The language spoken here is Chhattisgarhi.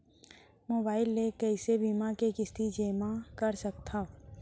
मोबाइल ले कइसे बीमा के किस्ती जेमा कर सकथव?